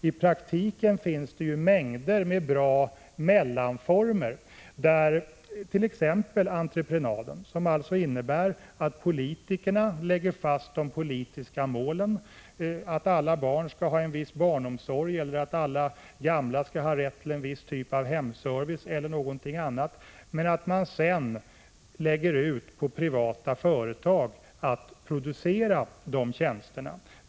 I praktiken finns det ju flera bra mellanformer, t.ex. entreprenaden. Den innebär att politikerna lägger fast de politiska målen, t.ex. att alla barn skall ha rätt till barnomsorg eller att alla gamla skall ha rätt till hemservice eller någonting annat, men att man sedan lägger ut på privata företag att producera de tjänsterna.